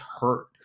hurt